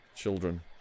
children